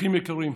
אחים יקרים,